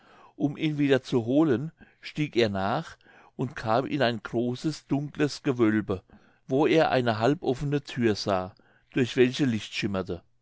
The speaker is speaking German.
um ihn wieder zu holen stieg er nach und kam in ein großes dunkeles gewölbe wo er eine halb offene thür sah durch welche licht schimmerte